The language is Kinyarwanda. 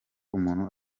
umuntu